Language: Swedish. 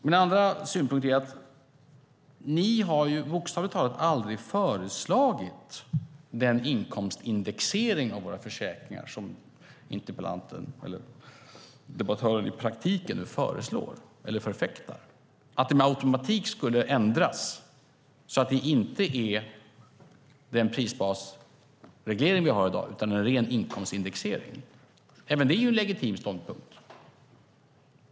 Min andra synpunkt är att ni bokstavligt talat aldrig har föreslagit den inkomstindexering av våra försäkringar som debattören i praktiken förfäktar, att den med automatik skulle ändras så att det inte är fråga om den prisbasreglering vi har i dag utan en ren inkomstindexering. Även det är en legitim ståndpunkt.